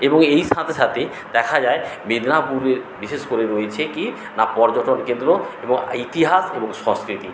এবং এর সাথে সাথে দেখা যায় মেদিনীপুরে বিশেষ করে রয়েছে কী না পর্যটন কেন্দ্র এবং ইতিহাস এবং সংস্কৃতি